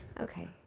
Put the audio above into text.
Okay